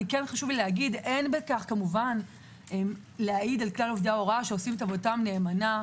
חשוב לי לומר אין בכך להעיד על כלל עובדי ההוראה שעושים עבודתם נאמנה,